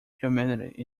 humanity